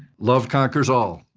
love conquers all,